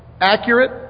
accurate